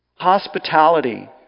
hospitality